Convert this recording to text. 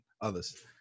others